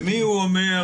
למי הוא אומר?